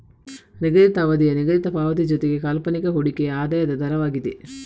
ನಿಗದಿತ ಅವಧಿಯ ನಿಗದಿತ ಪಾವತಿ ಜೊತೆಗೆ ಕಾಲ್ಪನಿಕ ಹೂಡಿಕೆಯ ಆದಾಯದ ದರವಾಗಿದೆ